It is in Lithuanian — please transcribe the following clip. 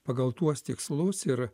pagal tuos tikslus ir